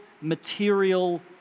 material